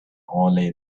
only